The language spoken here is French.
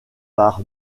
par